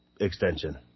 extension